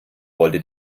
wollte